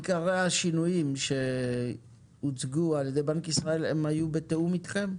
עיקרי השינויים שהוצגו על ידי בנק ישראל הם היו בתיאום איתכם,